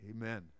Amen